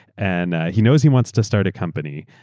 and he knows he wants to start a company,